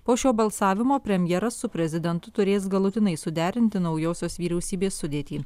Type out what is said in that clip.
po šio balsavimo premjeras su prezidentu turės galutinai suderinti naujosios vyriausybės sudėtį